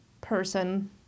person